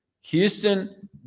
Houston